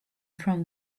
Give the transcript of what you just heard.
from